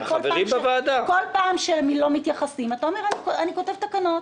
כל פעם שהם לא מתייחסים אתה אומר: אני כותב תקנות.